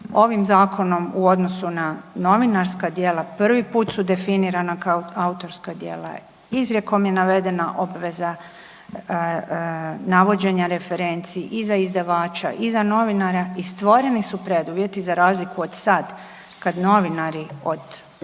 ovim zakonom u odnosu na novinarska djela prvi put su definirana kao autorska djela, izrijekom je navedena obveza navođenja referenci i za izdavača i za novinara i stvoreni su preduvjeti za razliku od sad kad novinari od